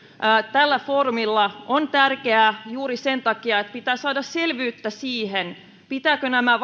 tällä foorumilla on tärkeää juuri sen takia että pitää saada selvyyttä siihen pitävätkö nämä